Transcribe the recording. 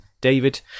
David